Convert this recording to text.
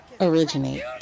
originate